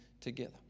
together